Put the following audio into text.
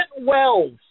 Wells